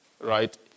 Right